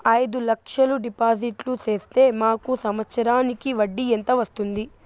అయిదు లక్షలు డిపాజిట్లు సేస్తే మాకు సంవత్సరానికి వడ్డీ ఎంత వస్తుంది?